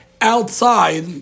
outside